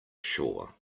shore